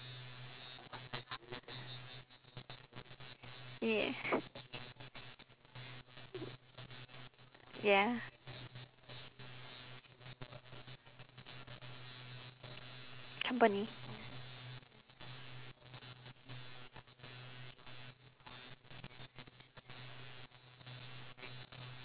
ya ya company